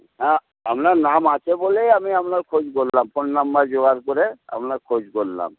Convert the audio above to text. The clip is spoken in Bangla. হ্যাঁ আপনার নাম আছে বলেই আমি আপনার খোঁজ করলাম ফোন নাম্বার জোগাড় করে আপনার খোঁজ করলাম